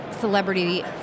celebrity